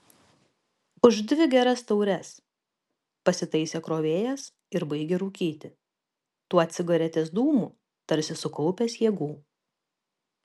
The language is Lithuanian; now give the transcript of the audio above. už dvi geras taures pasitaisė krovėjas ir baigė rūkyti tuo cigaretės dūmu tarsi sukaupęs jėgų